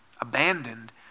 abandoned